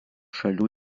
šalių